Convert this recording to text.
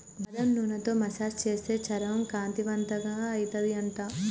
బాదం నూనెతో మసాజ్ చేస్తే చర్మం కాంతివంతంగా అయితది అంట